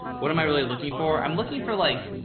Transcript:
what am i really looking for? i'm looking for like,